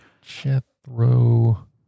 Jethro